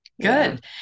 Good